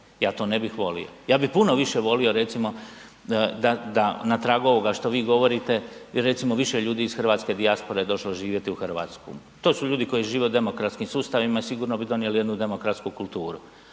ja to ne bih volio. Ja bih puno više volio recimo da na tragu ovoga što vi govorite bi recimo više ljudi iz hrvatske dijaspore došlo živjeti u Hrvatsku. To su ljudi koji žive u demokratskim sustavima i sigurno bi donijeli jednu demokratsku kulturu,